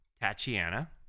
Tatiana